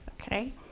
okay